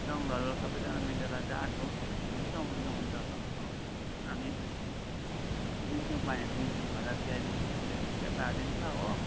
गाउँ घरको सबैजना मिलेर गएको हुन्छ हुन्छ हुन्छ अब हामी फेरि दिन्छौँ पानी दिन्छौँ भनेर त्याँनेर मुखले ठिक्कै पारिदिन्छ हो